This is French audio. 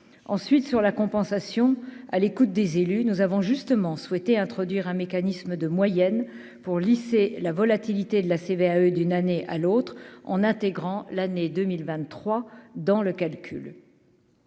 ensuite sur la compensation à l'écoute des élus, nous avons justement souhaité introduire un mécanisme de moyenne pour lisser la volatilité de la CVAE d'une année à l'autre en intégrant l'année 2023 dans le calcul.